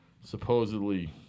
supposedly